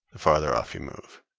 the farther off you move